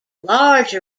large